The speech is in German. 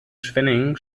schwenningen